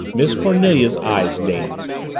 miss cornelia's eyes danced.